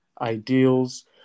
ideals